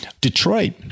Detroit